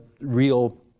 real